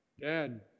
Dad